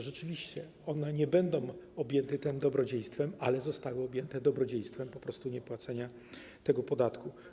Rzeczywiście one nie będą objęte tym dobrodziejstwem, ale zostały objęte dobrodziejstwem po prostu niepłacenia tego podatku.